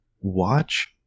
watch